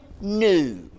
new